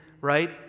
right